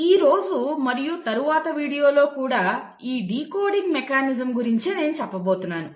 ఈరోజు మరియు తరువాత వీడియో లో కూడా ఈ డీకోడింగ్ మెకానిజం గురించే నేను చెప్పబోతున్నాను